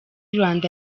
rwanda